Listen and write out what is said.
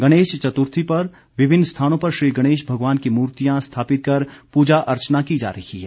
गणेश चतुर्थी पर विभिन्न स्थानों पर श्री गणेश भगवान की मूर्तियां स्थापित कर पूजा अर्चना की जा रही है